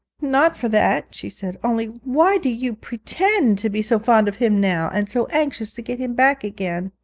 not for that she said only, why do you pretend to be so fond of him now, and so anxious to get him back again?